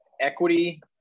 Equity